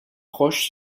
proches